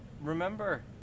remember